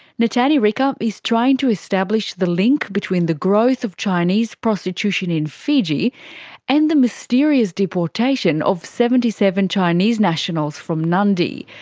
netani rika is trying to establish the link between the growth of chinese prostitution in fiji and the mysterious deportation of seventy seven chinese nationals from nadi,